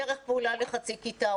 דרך פעולה עם חצי כיתה,